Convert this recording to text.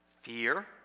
fear